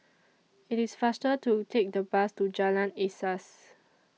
IT IS faster to Take The Bus to Jalan Asas